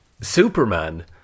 Superman